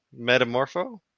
Metamorpho